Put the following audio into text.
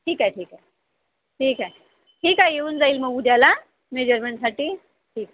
ठीक आहे ठीक आहे ठीक आहे ठीक आहे येऊन जाईल मग उद्याला मेझरमेन्टसाठी ठीक